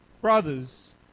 brothers